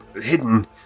hidden